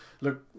look